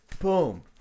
Boom